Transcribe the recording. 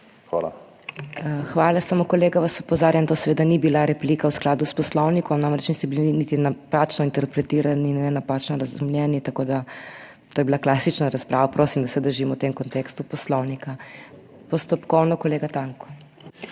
HOT:** Hvala. Samo, kolega, vas opozarjam; to seveda ni bila replika, v skladu s Poslovnikom namreč niste bili niti napačno interpretirani, napačno razumljeni, tako da to je bila klasična razprava. Prosim, da se držimo v tem kontekstu Poslovnika. Postopkovno kolega Tanko.